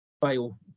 Vale